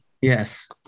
Yes